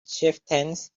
chieftains